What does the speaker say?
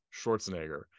schwarzenegger